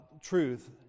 truth